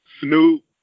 Snoop